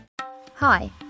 Hi